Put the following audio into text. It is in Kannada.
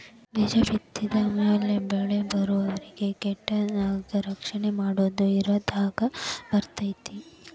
ಬೇಜ ಬಿತ್ತಿದ ಮ್ಯಾಲ ಬೆಳಿಬರುವರಿಗೂ ಕೇಟಗಳನ್ನಾ ರಕ್ಷಣೆ ಮಾಡುದು ಇದರಾಗ ಬರ್ತೈತಿ